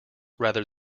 rather